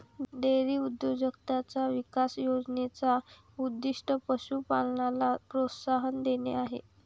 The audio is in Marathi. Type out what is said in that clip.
डेअरी उद्योजकताचा विकास योजने चा उद्दीष्ट पशु पालनाला प्रोत्साहन देणे आहे